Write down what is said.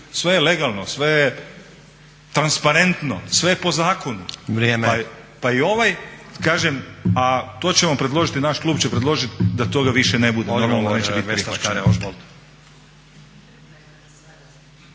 sve je legalno, sve je transparentno, sve je po zakonu …/Upadica Stazić: Vrijeme./… pa i ovaj kažem, a to ćemo predložiti, naš klub će predložiti, da toga više ne bude.